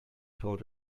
told